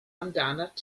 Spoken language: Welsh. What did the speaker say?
amdanat